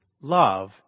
love